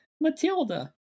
Matilda